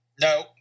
No